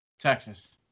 Texas